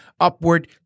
upward